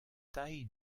taille